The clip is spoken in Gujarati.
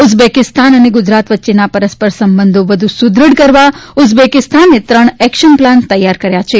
ઉઝબેકિસ્તાન અને ગુજરાત વચ્ચેના પરસ્પર સંબંધો વધુ સુદ્રઢ કરવા ઉઝબેકિસ્તાને ત્રણ એક્શન પ્લાન તૈયાર કર્યા છે